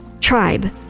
Tribe